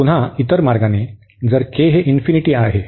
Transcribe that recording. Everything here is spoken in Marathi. आणि पुन्हा इतर मार्गाने जर हे इन्फिनिटी आहे